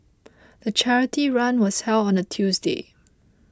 the charity run was held on a Tuesday